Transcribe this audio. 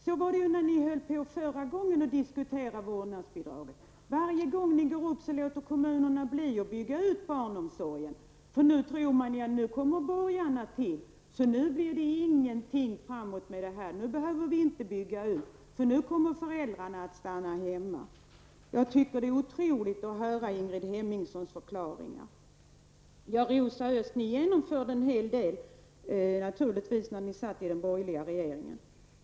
Så var det när ni förra gången diskuterade frågan om vårdnadsbidrag. Varje gång ni tar upp detta förslag låter kommunerna bli att bygga ut barnomsorgen, eftersom de tror att borgarna kommer att träda till och att de därför inte behöver bygga ut, eftersom föräldrarna nu kommer att stanna hemma. Jag tycker att det är otroligt att höra Ingrid Det är naturligtvis riktigt, Rosa Östh, att ni genomförde en hel del när ni tillhörde den borgerliga regeringen.